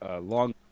long